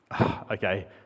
Okay